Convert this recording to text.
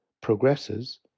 progresses